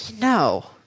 no